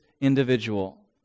individual